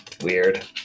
Weird